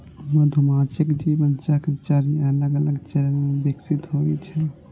मधुमाछीक जीवन चक्र चारि अलग अलग चरण मे विकसित होइ छै